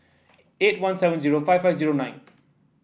eight one seven zero five five zero nine